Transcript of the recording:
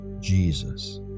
Jesus